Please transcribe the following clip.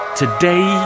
today